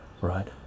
right